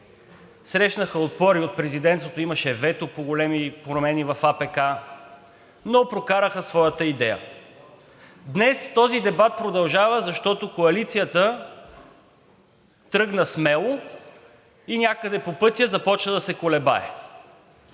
срещнаха отпор и от президентството – имаше вето по големи промени в АПК, но прокараха своята идея. Днес този дебат продължава, защото коалицията тръгна смело и някъде по пътя започна да се колебае.